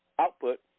output